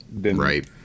right